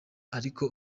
ariko